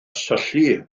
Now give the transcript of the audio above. syllu